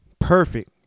Perfect